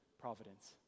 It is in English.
providence